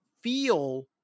feel